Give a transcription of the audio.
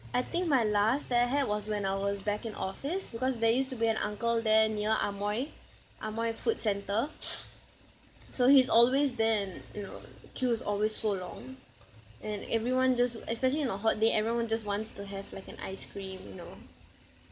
I think my last that I had was when I was back in office because there used to be an uncle there near amoi amoi food centre so he's always there and you know queue is always so long and everyone just especially on a hot day everyone just wants to have like an ice-cream you know